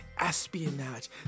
espionage